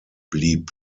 blieb